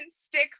stick